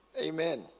Amen